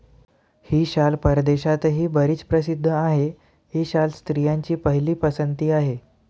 ही शाल परदेशातही बरीच प्रसिद्ध आहे, ही शाल स्त्रियांची पहिली पसंती आहे